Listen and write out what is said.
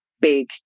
big